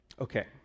Okay